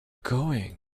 going